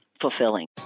fulfilling